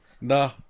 Nah